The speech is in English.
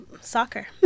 soccer